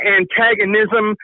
antagonism